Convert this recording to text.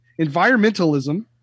environmentalism